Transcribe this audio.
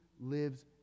lives